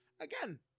again